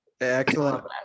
Excellent